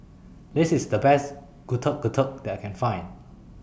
This IS The Best Getuk Getuk that I Can Find